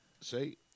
See